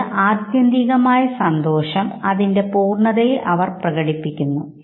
ഇത് ആത്യന്തികമായ സന്തോഷം അതിന്റെ പൂർണ്ണതയിൽ അവർ പ്രകടിപ്പിക്കുന്നുണ്ട്